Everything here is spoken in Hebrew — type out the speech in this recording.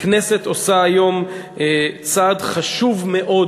הכנסת עושה היום צעד חשוב מאוד